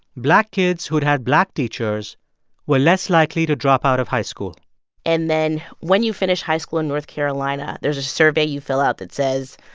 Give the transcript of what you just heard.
black kids who had had black teachers were less likely to drop out of high school and then when you finish high school in north carolina, there's a survey you fill out that says,